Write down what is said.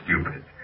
stupid